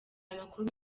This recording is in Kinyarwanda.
amakuru